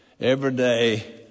everyday